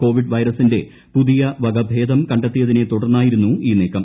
Covid വൈറസിന്റെ പുതിയ വകഭേദം കണ്ടെത്തിയതിനെ തുടർന്നായിരുന്നു ഈ നീക്കം